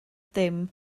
dim